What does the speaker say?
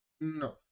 No